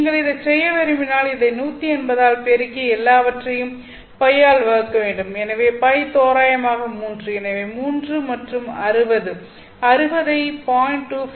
நீங்கள் இதைச் செய்ய விரும்பினால் இதை 180 ஆல் பெருக்கி எல்லாவற்றையும் π ஆல் வகுக்க வேண்டும் எனவே தோராயமாக π தோராயமாக 3 எனவே 3 மற்றும் 60 60 ஐ 0